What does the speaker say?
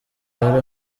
hari